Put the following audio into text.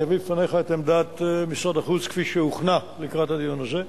אני אביא בפניך את עמדת משרד החוץ כפי שהוכנה לקראת הדיון הזה: